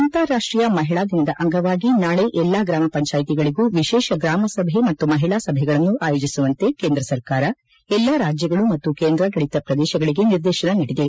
ಅಂತಾರಾಷ್ಟೀಯ ಮಹಿಳಾ ದಿನದ ಅಂಗವಾಗಿ ನಾಳೆ ಎಲ್ಲಾ ಗ್ರಾಮ ಪಂಜಾಯಿತಿಗಳಿಗೂ ವಿಶೇಷ ಗ್ರಾಮ ಸಭೆ ಮತ್ತು ಮಹಿಳಾ ಸಭೆಗಳನ್ನು ಆಯೋಜಿಸುವಂತೆ ಕೇಂದ್ರ ಸರ್ಕಾರ ಎಲ್ಲಾ ರಾಜ್ಯಗಳು ಮತ್ತು ಕೇಂದ್ರಾಡಳಿತ ಪ್ರದೇಶಗಳಿಗೆ ನಿರ್ದೇಶನ ನೀಡಿದೆ